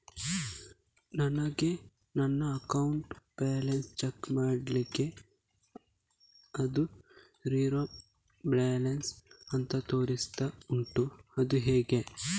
ನನಗೆ ನನ್ನ account balance check ಮಾಡ್ಲಿಕ್ಕಿತ್ತು ಅದು ಝೀರೋ ಬ್ಯಾಲೆನ್ಸ್ ಅಂತ ತೋರಿಸ್ತಾ ಉಂಟು ಅದು ಹೇಗೆ?